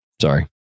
Sorry